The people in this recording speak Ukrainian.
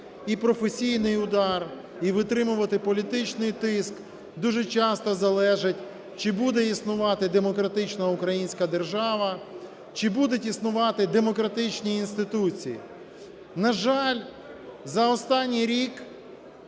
і професійний удар, і витримувати політичний тиск, дуже часто залежить, чи буде існувати демократична українська держава, чи будуть існувати демократичні інституції. На жаль, за останній рік